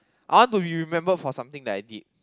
I want to be remembered for something that I did